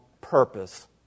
purpose